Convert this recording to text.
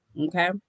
Okay